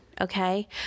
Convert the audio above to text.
Okay